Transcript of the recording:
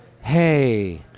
hey